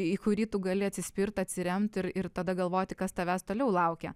į kurį tu gali atsispirt atsiremt ir ir tada galvoti kas tavęs toliau laukia